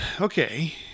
okay